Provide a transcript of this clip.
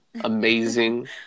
amazing